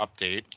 update